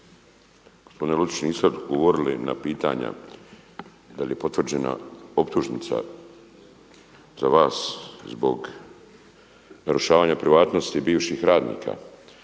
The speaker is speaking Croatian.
Gospodine Lučić niste odgovorili na pitanja da li je potvrđena optužnica za vas zbog narušavanja privatnosti bivših radnika.